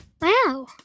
Wow